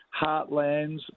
heartlands